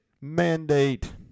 Mandate